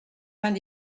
vingt